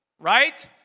Right